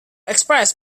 express